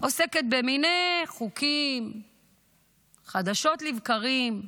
עוסקת במיני חוקים חדשות לבקרים,